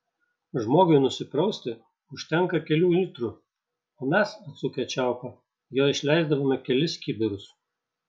žmogui nusiprausti užtenka kelių litrų o mes atsukę čiaupą jo išleisdavome kelis kibirus